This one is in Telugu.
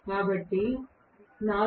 ఇప్పుడు 4